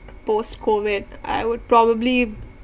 post COVID I would probably